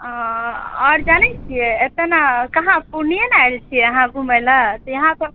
आउर जानए छिए एतए नऽ कहाँ पूर्णिये नहि आएल छिऐ अहाँ घुमए लऽ तऽ यहाँ पर